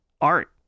art